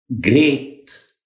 great